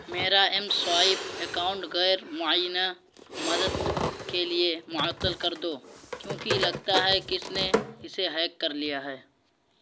میرا M swipe account غیر معینہ مدت کے لیے معطل کر دو کیوں کہ لگتا ہے کس نے اسے ہیک کر لیا ہے